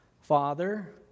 Father